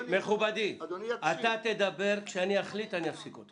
אדוני, תדבר, וכשאחליט, אפסיק אותך.